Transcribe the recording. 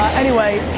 anyway,